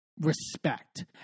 respect